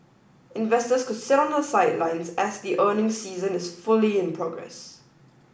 investors could sit on the sidelines as the earnings season is fully in progress